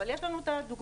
אבל יש לנו את הדוגמאות.